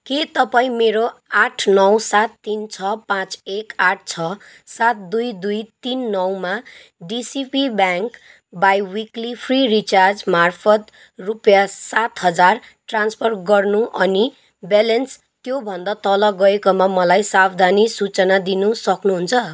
के तपाईँ मेरो आठ नौ सात तिन छ पाँच एक आठ छ सात दुई दुई तिन नौ मा DCB bank biweekly free recharge मार्फत रुपियाँ सात हजार ट्रान्सफर गर्नु अनि ब्यालेन्स त्यो भन्दा तल गएकोमा मलाई सावधानी सूचना दिनु सक्नुहुन्छ